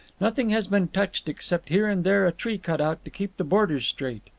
nothing has been touched, except here and there a tree cut out to keep the borders straight.